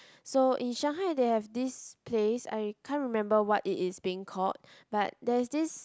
so in Shanghai there have this place I can't remember what it is being called but there is this